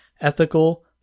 ethical